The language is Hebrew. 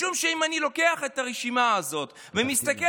משום שאם אני לוקח את הרשימה הזאת ומסתכל